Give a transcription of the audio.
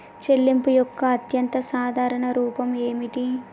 చెల్లింపు యొక్క అత్యంత సాధారణ రూపం ఏమిటి?